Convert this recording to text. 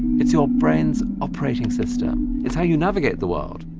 it's your brain's operating system. it's how you navigate the world.